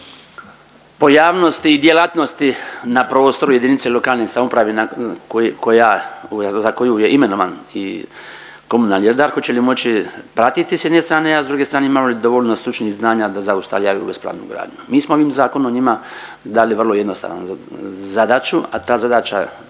pojavnosti i djelatnosti na prostoru jedinice lokalne samouprave koja, za koju je imenovan i komunalni redar hoće li moći pratiti s jedne strane, a s druge strane imaju li dovoljno stručnih znanja da zaustavljaju bespravnu gradnju. Mi smo ovim zakonom njima dali vrlo jednostavnu zadaću, a ta zadaća